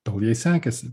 tol jai sekėsi